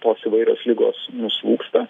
tos įvairios ligos nuslūgsta